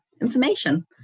information